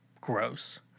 gross